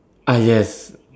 ah yes